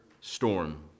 storm